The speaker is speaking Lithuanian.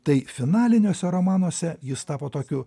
tai finaliniuose romanuose jis tapo tokiu